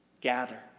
gather